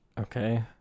Okay